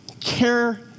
care